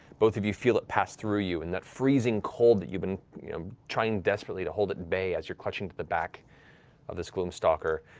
both of you feel it pass through you, and that freezing cold that you've been trying desperately to hold at bay as you're clutching onto the back of this gloom stalker,